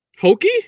Hokey